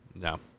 No